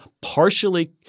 partially